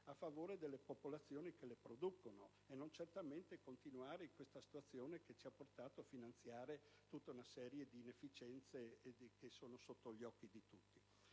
a favore delle popolazioni che le producono, e non certamente continuare in una situazione che ci ha portato a finanziare tante inefficienze che sono sotto gli occhi di tutti.